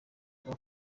yaha